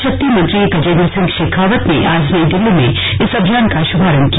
जल शक्ति मंत्री गजेन्द्र सिंह शेखावत ने आज नई दिल्ली में इस अभियान का शुभारंभ किया